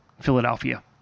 Philadelphia